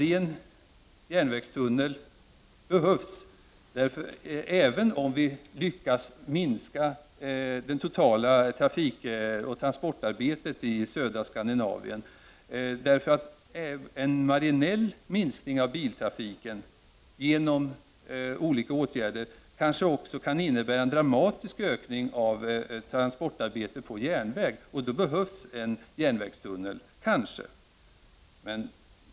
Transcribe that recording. En järnvägstunnel behövs, även om vi lyckas minska det totala trafikoch transportarbetet i södra Skandinavien. En marginell minskning av biltrafiken genom olika åtgärder kanske också kan innebära en dramatisk ökning av transportarbetet på järnväg, och då behövs en järnvägstunnel.